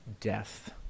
death